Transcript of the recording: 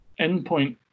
endpoint